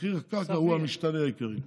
מחיר הקרקע הוא המשתנה העיקרי.